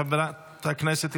חברת הכנסת שרן,